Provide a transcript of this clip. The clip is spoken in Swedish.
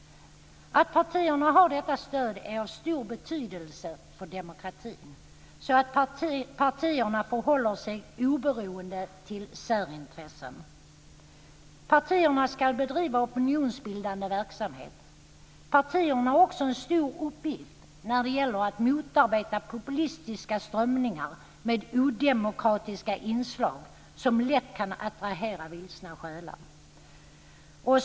Att partierna har detta stöd är av stor betydelse för demokratin, så att partierna förhåller sig oberoende till särintressen. Partierna ska bedriva opinionsbildande verksamhet. Partierna har också en stor uppgift när det gäller att motarbeta populistiska strömningar med odemokratiska inslag som lätt kan attrahera vilsna själar.